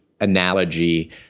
Analogy